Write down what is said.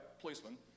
policeman